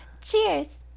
Cheers